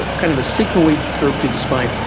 kind of a sigmoid curve to the spine,